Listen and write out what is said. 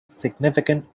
significant